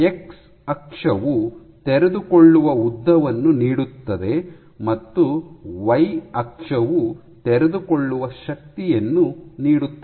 X ಅಕ್ಷವು ತೆರೆದುಕೊಳ್ಳುವ ಉದ್ದವನ್ನು ನೀಡುತ್ತದೆ ಮತ್ತು ವೈ ಅಕ್ಷವು ತೆರೆದುಕೊಳ್ಳುವ ಶಕ್ತಿಯನ್ನು ನೀಡುತ್ತದೆ